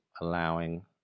allowing